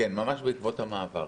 ממש בעקבות המעבר.